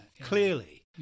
clearly